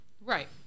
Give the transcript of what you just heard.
Right